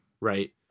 right